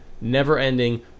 never-ending